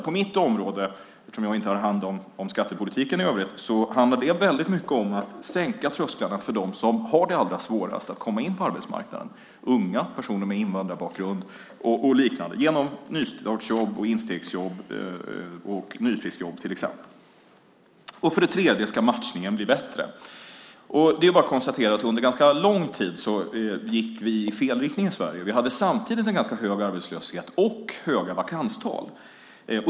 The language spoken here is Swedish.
På mitt område, eftersom jag inte har hand om skattepolitiken i övrigt, handlar det väldigt mycket om att sänka trösklarna för dem som har det allra svårast att komma in på arbetsmarknaden, unga, personer med invandrarbakgrund och liknande, genom nystartsjobb, instegsjobb och nyfriskjobb till exempel. Dessutom ska matchningen bli bättre. Det är bara att konstatera att under ganska lång tid gick vi i fel riktning i Sverige. Vi hade samtidigt en ganska hög arbetslöshet och höga vakanstal.